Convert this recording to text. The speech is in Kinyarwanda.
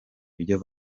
ibyo